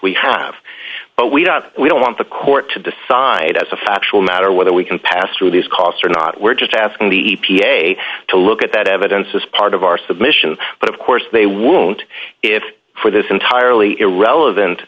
we have but we don't we don't want the court to decide as a factual matter whether we can pass through these costs or not we're just asking the e p a to look at that evidence as part of our submission but of course they won't if for this entirely